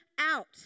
out